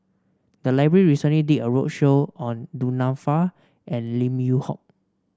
the library recently did a roadshow on Du Nanfa and Lim Yew Hock